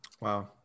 Wow